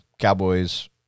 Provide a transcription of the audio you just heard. Cowboys